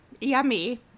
yummy